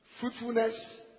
fruitfulness